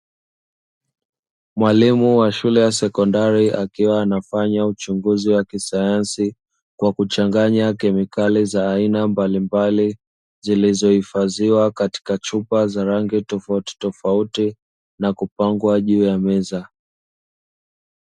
Mwalimu wa shule ya sekondari akiwa anafanya uchunguzi wa kisayansi, kwa kuchanganya kemikali za aina mbalimbali zilizohifadhiwa katika chupa za rangi tofautitofauti na kupangwa juu ya meza.